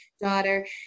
daughter